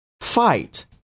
fight